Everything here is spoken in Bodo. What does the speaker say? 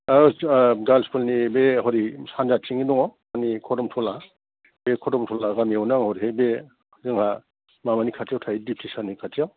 औ ओस गार्लस स्कुलनि बे हरै सान्जाथिंनि न' मानि खोदोमथला बे खोदोमथला गामिआवनो आं हरैहाय बे जोंहा माबानि खाथियाव थायो दिप्ति सारनि खाथियाव